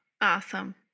awesome